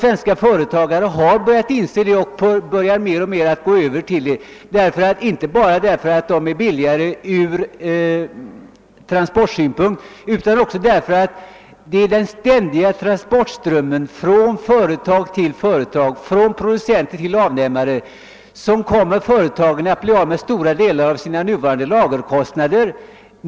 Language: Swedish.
svenska företag har börjat inse detta och går mer och mer över till sådan trafik — inte bara därför att det är billigare ur transportsynpunkt utan därför att företagen genom den ständiga transportströmmen från företag till företag, från producenter till avnämare kommer att bli av med stora delar av sina nuvarande lagerkostnader.